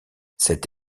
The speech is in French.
cette